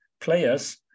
players